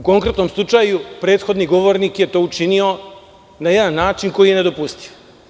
U konkretnom slučaju prethodni govornik je to učinio na jedan način koji je nedopustiv.